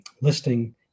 listing